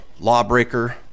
lawbreaker